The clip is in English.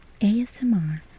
ASMR